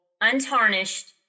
untarnished